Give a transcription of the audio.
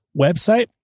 website